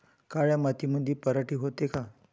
काळ्या मातीमंदी पराटी होते का?